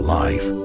life